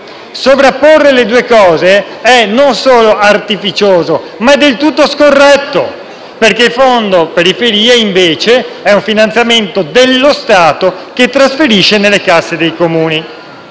sovrapporre le due cose non solo è artificioso, ma è del tutto scorretto, perché il fondo per le periferie è invece un finanziamento che lo Stato trasferisce nelle casse dei Comuni.